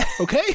okay